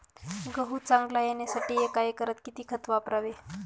गहू चांगला येण्यासाठी एका एकरात किती खत वापरावे?